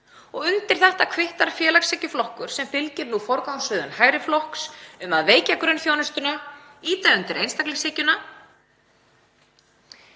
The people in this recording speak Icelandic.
undir þetta kvittar félagshyggjuflokkur sem fylgir nú forgangsröðun hægri flokks um að veikja grunnþjónustuna, ýta undir einstaklingshyggjuna.